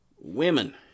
Women